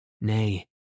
nay